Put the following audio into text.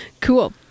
Cool